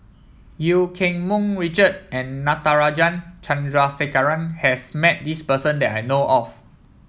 Eu Keng Mun Richard and Natarajan Chandrasekaran has met this person that I know of